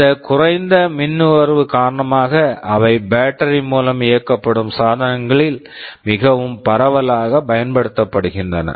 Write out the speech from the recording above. இந்த குறைந்த மின் நுகர்வு காரணமாக அவை பேட்டரி மூலம் இயக்கப்படும் சாதனங்களில் மிகவும் பரவலாகப் பயன்படுத்தப்படுகின்றன